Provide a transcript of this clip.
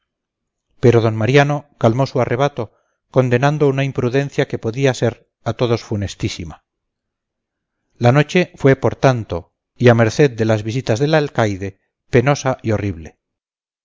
pero d mariano calmó su arrebato condenando una imprudencia que podía ser a todos funestísima la noche fue por tanto y merced a las visitas del alcaide penosa y horrible